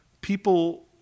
people